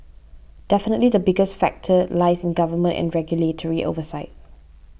definitely the biggest factor lies in government and regulatory oversight